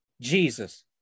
jesus